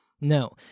no